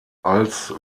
als